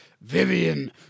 Vivian